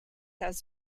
have